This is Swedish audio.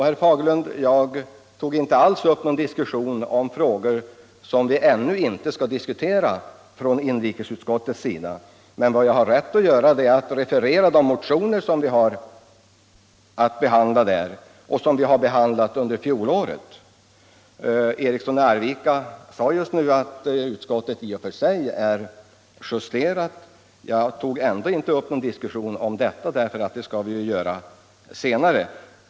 Herr Fagerlund, jag tog i mitt förra anförande inte alls upp någon diskussion om frågor som vi i inrikesutskottet ännu inte tagit ställning till. Men jag har rätt att referera de motioner som vi har att behandla i utskottet och de motioner som vi har behandlat under fjolåret. Herr Eriksson i Arvika sade för övrigt nyss att inrikesutskottets betänkande om arbetslösheten redan är justerat, men jag tog ändå inte upp någon diskussion om dessa frågor — det skall vi ju göra senare.